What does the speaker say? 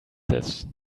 this